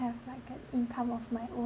like a income of my own